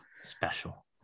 special